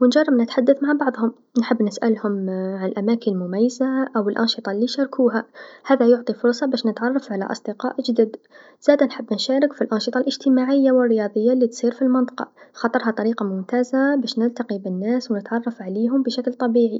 و نجرب نتحدث مع بعضهم، نحب نسألهم على الأماكن المميزه أو الأنشطه ليشاركوها، هذا يعطي فرصه باش نتعرف على أصدقاء جدد، زادا نحب نشارك في الأنشطه الإجتماعيه و الرياضيه لتصير في المنطقه خاطرعا هذي طريقه ممتازه باه نلاقي بالناس و نتعرف عليهم بشكل طبيعي.